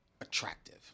attractive